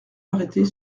arrêter